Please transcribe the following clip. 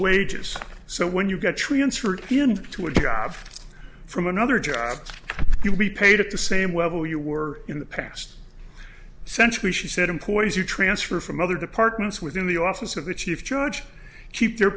wages so when you got transferred to a job from another job you'll be paid at the same level you were in the past century she said employees you transfer from other departments within the office of the chief judge keep